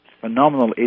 phenomenal